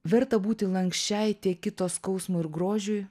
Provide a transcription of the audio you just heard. verta būti lanksčiai tiek kito skausmui ir grožiui